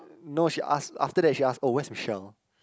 uh no she asked after that she asked oh where's Michelle